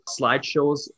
slideshows